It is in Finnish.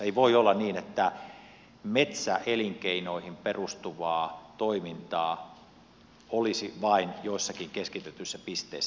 ei voi olla niin että metsäelinkeinoihin perustuvaa toimintaa olisi vain joissakin keskitetyissä pisteissä